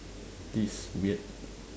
this is weird